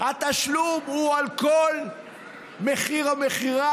התשלום הוא על כל מחיר המכירה.